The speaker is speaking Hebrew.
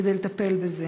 כדי לטפל בזה.